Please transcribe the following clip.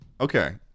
Okay